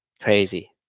Crazy